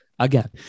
Again